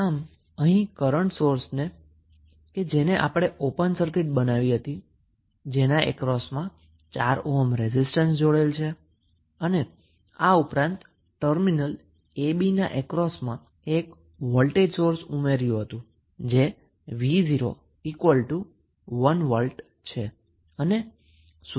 આમ અહીં આપણે કરન્ટ સોર્સને ઓપન સર્કિટ બનાવ્યુ છે જે 4 ઓહ્મ રેઝિસ્ટન્સના અક્રોસમાં જોડેલ છે અને આ ઉપરાંત ટર્મિનલ a b ના અક્રોસમાં એક વોલ્ટેજ સોર્સ ઉમેર્યો છે જે v01 વોલ્ટ છે